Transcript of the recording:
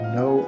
no